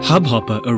Hubhopper